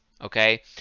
okay